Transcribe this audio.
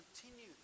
continue